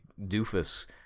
doofus